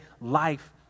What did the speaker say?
life